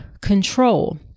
control